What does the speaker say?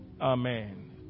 Amen